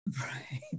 Right